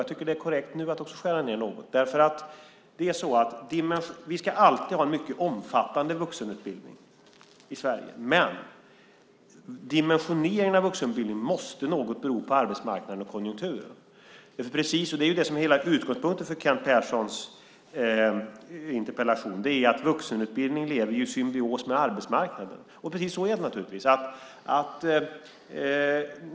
Jag tycker också att det är korrekt att nu skära ned något. Vi ska alltid ha en mycket omfattande vuxenutbildning i Sverige, men dimensioneringen av vuxenutbildning måste något bero på arbetsmarknaden och konjunkturen. Utgångspunkten för Kent Perssons interpellation är ju att vuxenutbildningen lever i symbios med arbetsmarknaden. Precis så är det naturligtvis.